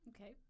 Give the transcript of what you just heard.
okay